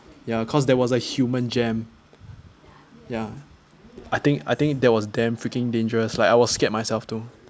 ya cause there was a human jam ya I think I think that was damn freaking dangerous like I was scared myself though